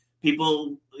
people